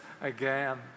again